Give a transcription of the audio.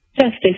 Justice